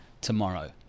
tomorrow